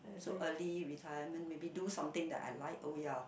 so early retirement maybe do something that I like oh ya